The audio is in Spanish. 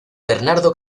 bernardo